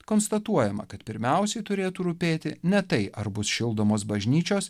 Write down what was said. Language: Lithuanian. konstatuojama kad pirmiausiai turėtų rūpėti ne tai ar bus šildomos bažnyčios